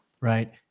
right